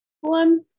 One